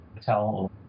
tell